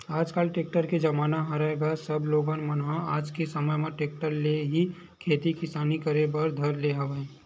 आजकल टेक्टर के जमाना हरय गा सब लोगन मन ह आज के समे म टेक्टर ले ही खेती किसानी करे बर धर ले हवय